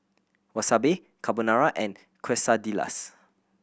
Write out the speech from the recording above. Wasabi Carbonara and Quesadillas